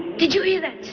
did you hear that sound?